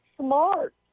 smart